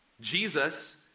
Jesus